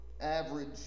average